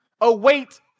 await